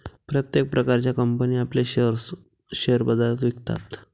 प्रत्येक प्रकारच्या कंपनी आपले शेअर्स शेअर बाजारात विकतात